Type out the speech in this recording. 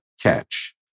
catch